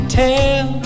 tell